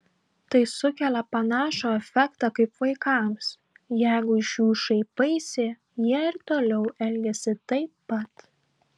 tai sukelia panašų efektą kaip vaikams jeigu iš jų šaipaisi jie ir toliau elgiasi taip pat